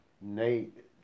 Nate